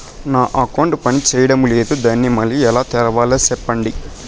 నా అకౌంట్ పనిచేయడం లేదు, దాన్ని మళ్ళీ ఎలా తెరవాలి? సెప్పండి